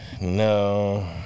No